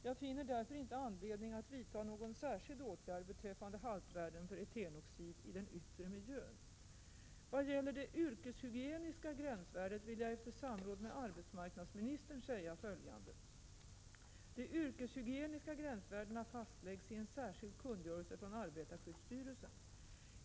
Jag finner därför inte anledning att vidta någon särskild åtgärd beträffande haltvärden för etenoxid i den yttre miljön. Vad gäller det yrkeshygieniska gränsvärdet vill jag efter samråd med arbetsmarknadsministern säga följande. De yrkeshygieniska gränsvärdena fastläggs i en särskild kungörelse från arbetarskyddsstyrelsen.